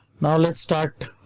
now let's start.